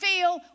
feel